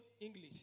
English